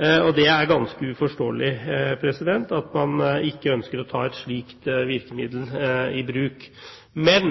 og det er ganske uforståelig at man ikke ønsker å ta et slikt virkemiddel i bruk. Men